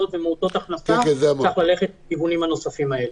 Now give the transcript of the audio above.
ומעוטות הכנסה צריך ללכת לכיוונים הנוספים האלה.